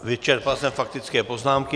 Vyčerpal jsem faktické poznámky.